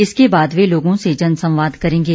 इसके बाद वे लोगों से जनसंवाद करेंगे